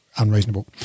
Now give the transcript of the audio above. unreasonable